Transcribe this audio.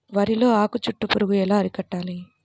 వరిలో ఆకు చుట్టూ పురుగు ఎలా అరికట్టాలి?